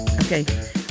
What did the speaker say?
Okay